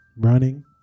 running